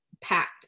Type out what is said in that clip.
packed